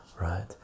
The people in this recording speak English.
right